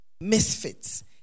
misfits